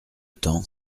temps